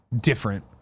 different